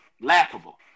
laughable